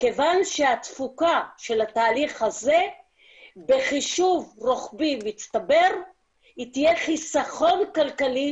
כיוון שהתפוקה של התהליך הזה בחישוב רוחבי מצטבר היא תהיה חיסכון כלכלי